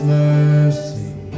mercy